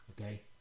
Okay